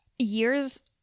Years